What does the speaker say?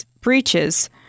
breaches